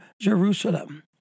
Jerusalem